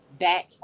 back